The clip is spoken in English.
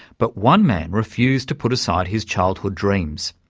but one man refused to put aside his childhood dreams.